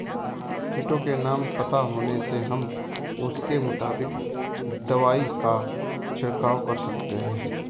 कीटों के नाम पता होने से हम उसके मुताबिक दवाई का छिड़काव कर सकते हैं